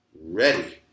ready